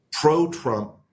pro-Trump